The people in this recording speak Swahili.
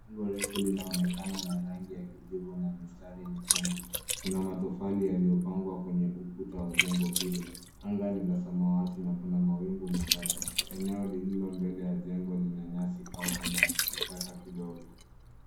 Jengo refu linaonekana na rangi ya kijivu na mistari nyekundu. Kuna matofali yaliyopangwa kwenye ukuta wa jengo hilo. Anga ni la samawati na kuna mawingu machache. Eneo lililo mbele ya jengo lina nyasi kavu na kichaka kidogo.